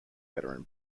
veteran